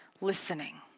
listening